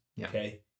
Okay